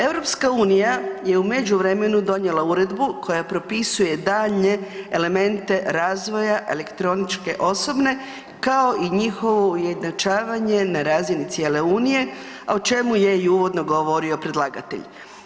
EU je u međuvremenu donijela uredba koja propisuje daljnje elemente razvoja elektroničke osobne kao i njihovo ujednačavanje na razini cijele Unije a o čemu je i uvodno govorio predlagatelj.